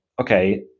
okay